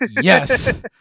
Yes